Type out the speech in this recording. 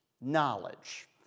knowledge